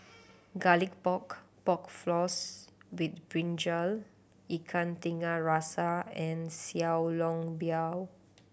Garlic Pork Pork Floss with brinjal Ikan Tiga Rasa and Xiao Long Bao